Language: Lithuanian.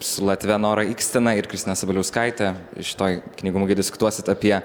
su latve nora ikstena ir kristina sabaliauskaite šitoj knygų mugėj diskutuosit apie